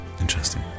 interesting